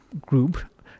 group